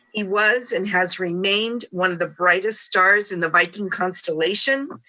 he was and has remained one of the brightest stars in the viking constellation.